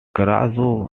nevertheless